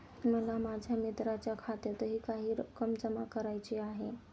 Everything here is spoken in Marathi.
मला माझ्या मित्राच्या खात्यातही काही रक्कम जमा करायची आहे